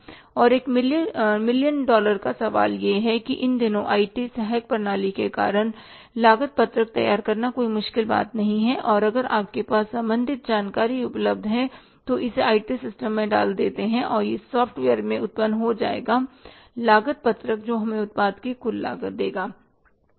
और एक million dollar का सवाल यह है कि इन दिनों आईटी सहायक प्रणाली के कारण लागत पत्रक तैयार करना कोई मुश्किल बात नहीं है और अगर आपके पास संबंधित जानकारी उपलब्ध है और इसे आईटी सिस्टम में डाल दिया जाए या इस सॉफ्टवेयर में उत्पन्न हो जाएगा लागत पत्रक जो हमें उत्पाद की कुल लागत देगा